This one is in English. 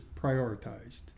prioritized